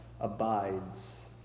abides